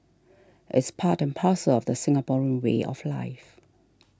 it's part and parcel of the Singaporean way of life